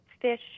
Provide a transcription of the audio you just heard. fish